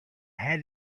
had